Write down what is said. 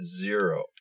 zero